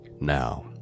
Now